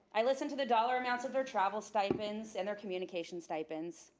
i listened to the dollar amounts of their travel stipends and their communication stipends,